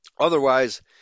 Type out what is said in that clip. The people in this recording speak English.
otherwise